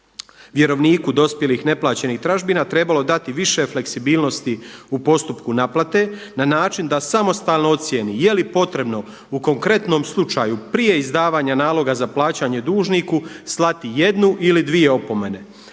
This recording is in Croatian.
vjerovniku dospjelih neplaćenih tražbina trebalo dati više fleksibilnosti u postupku naplate na način da samostalno ocijeni jeli potrebno u konkretnom slučaju prije izdavanja naloga za plaćanje dužniku slati jednu ili dvije opomene.